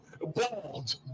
bald